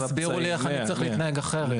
שתסבירו לי איך אני צריך להתנהג אחרת.